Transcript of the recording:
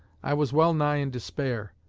i was well-nigh in despair,